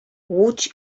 łódź